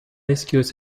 excuse